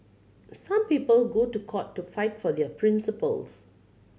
some people go to court to fight for their principles